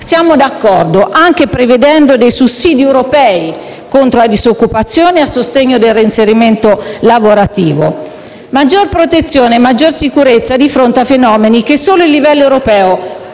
Siamo d'accordo, anche prevedendo sussidi europei contro la disoccupazione e a sostegno del reinserimento lavorativo. Maggiore protezione e maggiore sicurezza di fronte a fenomeni che solo a livello europeo